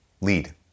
lead